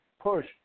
push